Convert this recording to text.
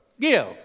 give